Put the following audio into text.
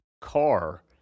car